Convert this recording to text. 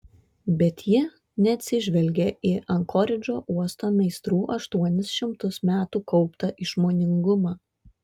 bet ji neatsižvelgė į ankoridžo uosto meistrų aštuonis šimtus metų kauptą išmoningumą